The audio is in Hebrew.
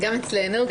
גם אצלנו.